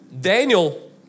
Daniel